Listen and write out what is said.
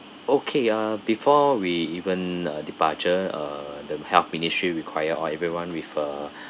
okay uh before we even uh departure err the health ministry require all everyone with a